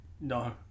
No